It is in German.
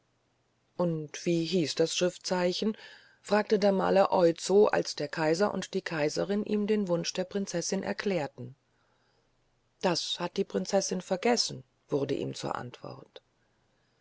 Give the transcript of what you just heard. und wie hieß das schriftzeichen fragte der maler oizo als der kaiser und die kaiserin ihm den wunsch der prinzessin erklärten das hat die prinzessin vergessen wurde ihm zur antwort